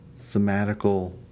thematical